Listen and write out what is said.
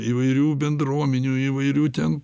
įvairių bendruomenių įvairių ten